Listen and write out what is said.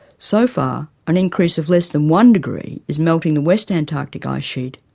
so far, an increase of less than one degree is melting the west antarctic icesheet,